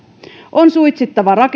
on suitsittava